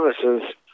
services